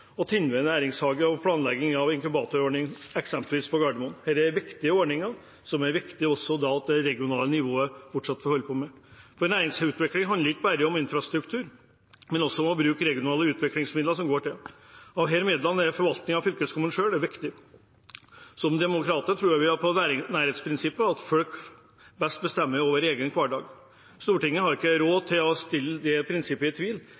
Tindved kulturhage og planlegging av inkubatorordning, eksempelvis på Gardermoen – for å nevne noen. Dette er ordninger som det er viktig at også det regionale nivået fortsatt får holde på med. Næringsutvikling handler ikke bare om infrastruktur, men også om å bruke regionale utviklingsmidler til det. Disse midlene er det viktig at fylkeskommunen selv forvalter. Som demokrat tror jeg på nærhetsprinsippet, at folk best bestemmer over egen hverdag. Stortinget har ikke råd